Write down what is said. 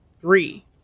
Three